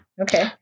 Okay